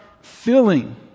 filling